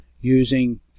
using